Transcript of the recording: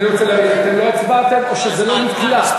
אני רוצה להבין, אתם לא הצבעתם, או שזה לא נקלט?